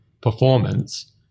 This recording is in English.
performance